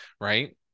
Right